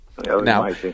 Now